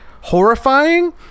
horrifying